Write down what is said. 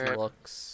looks